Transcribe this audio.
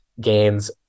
gains